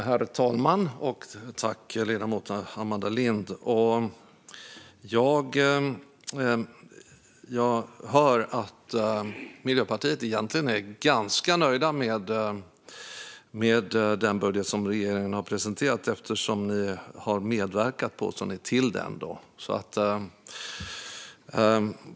Herr talman! Jag hör att ni i Miljöpartiet egentligen är ganska nöjda med den budget som regeringen har presenterat eftersom ni har medverkat, påstår ni, till den.